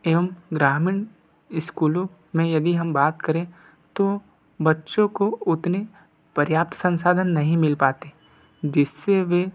एवं ग्रामीण स्कूलों मे यदि हम बात करें तो बच्चों को उतने पर्याप्त संसाधन नहीं मिल पाते जिससे वे